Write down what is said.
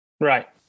Right